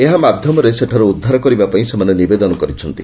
ଏହା ମାଧ୍ଧମରେ ସେଠାର୍ ଉଷ୍ବାର କରିବା ପାଇଁ ସେମାନେ ନିବେଦନ କରିଛନ୍ତି